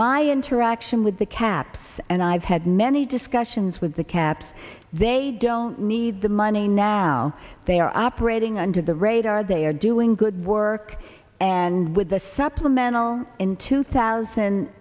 my interaction with the caps and i've had many discussions with the caps they don't need the money now they are operating under the radar they are doing good work and with the supplemental in two thousand